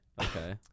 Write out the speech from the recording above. Okay